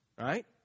right